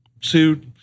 suit